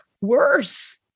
worse